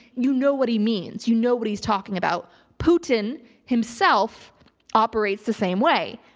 you know what he means. you know what he's talking about. putin himself operates the same way,